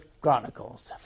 Chronicles